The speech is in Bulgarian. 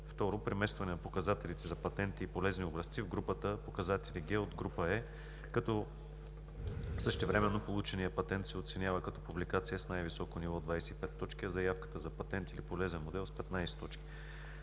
Второ: преместване на показателите за патенти и полезни образци в групата „показатели Г от група Е“, като същевременно полученият патент се оценява като публикация с най-високо ниво от 25 точки, а заявката за патент или полезен модел – с 15 точки;